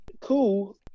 cool